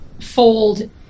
Fold